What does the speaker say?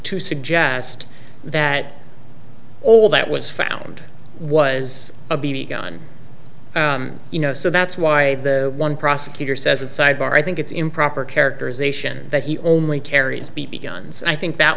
to suggest that all that was found was a b b gun you know so that's why one prosecutor says that sidebar i think it's improper characterization that he only carries b b guns i think that